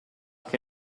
che